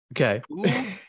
Okay